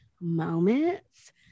moments